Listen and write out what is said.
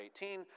18